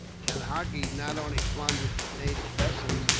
kanhagi not only plundered the native vessels,